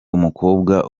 umukobwa